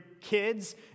kids